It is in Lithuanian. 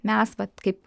mes vat kaip